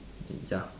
ya